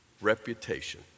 Reputation